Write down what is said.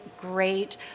great